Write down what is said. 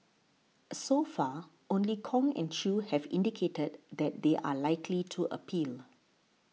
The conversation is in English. so far only Kong and Chew have indicated that they are likely to appeal